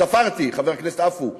ספרתי, חבר הכנסת עפו,